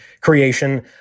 creation